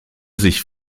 sich